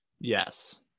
Yes